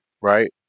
right